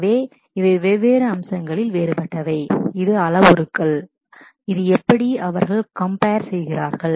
எனவே இவை வெவ்வேறு அம்சங்களில் features வேறுபட்டவை இது அளவுருக்கள் இது எப்படி அவர்கள் கம்பெயர் செய்கிறார்கள்